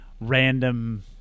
random